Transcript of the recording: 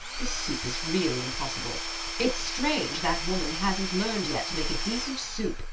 this soup is really impossible it's strange that woman hasn't learned yet to make a decent soup.